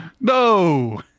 No